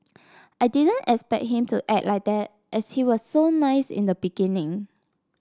I didn't expect him to act like that as he was so nice in the beginning